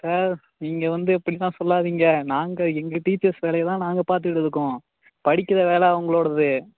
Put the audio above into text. sir நீங்கள் வந்து இப்படிலாம் சொல்லாதீங்க நாங்கள் எங்கள் டீச்சர்ஸ் வேலையை தான் நாங்கள் பார்த்துட்டுருக்கோம் படிக்கிற வேலை அவங்களோடது